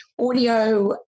audio